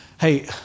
Hey